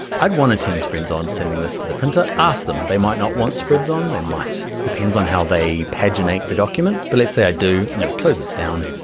i'd wanna turn spreads on sending this to the printer, ask them they might not want spreads on, they might depends on how they paginate the document. but let's say i do, i'm gonna close this down,